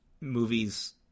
movies